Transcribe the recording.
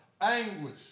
anguish